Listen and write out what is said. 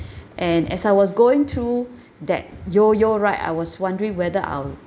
and as I was going through that yoyo ride I was wondering whether I'll